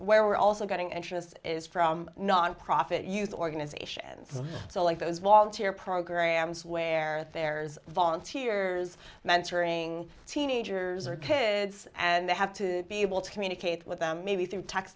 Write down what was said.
where we're also getting anxious is from nonprofit youth organizations so like those volunteer programs where there's volunteers mentoring teenagers or kids and they have to be able to communicate with them maybe through